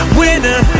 winner